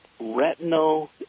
retinal